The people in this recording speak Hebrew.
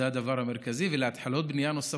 זה הדבר המרכזי, ולהתחלות בנייה נוספות.